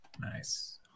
Nice